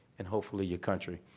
and hopefully your country.